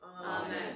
Amen